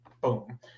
boom